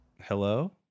Hello